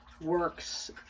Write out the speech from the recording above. works